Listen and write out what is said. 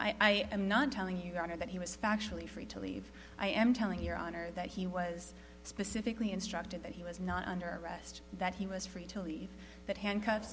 i am not telling you under that he was factually free to leave i am telling your honor that he was specifically instructed that he was not under arrest that he was free to leave that handcuffs